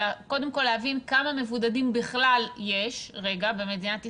אלא קודם כל להבין כמה מבודדים בכלל יש במדינת ישראל.